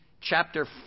chapter